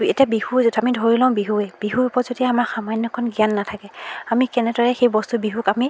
এতিয়া বিহুৱে যেতিয়া আমি ধৰি লওঁ বিহুৱে বিহুৰ ওপৰত যদি আমাৰ সামান্য়কণ জ্ঞান নাথাকে আমি কেনেদৰে সেই বস্তু বিহুক আমি